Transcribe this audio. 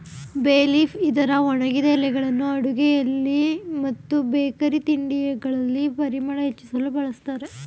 ಬೇ ಲೀಫ್ ಇದರ ಒಣಗಿದ ಎಲೆಗಳನ್ನು ಅಡುಗೆಯಲ್ಲಿ ಮತ್ತು ಬೇಕರಿ ತಿಂಡಿಗಳಲ್ಲಿ ಪರಿಮಳ ಹೆಚ್ಚಿಸಲು ಬಳ್ಸತ್ತರೆ